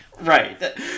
Right